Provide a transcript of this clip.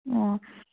ꯑꯣ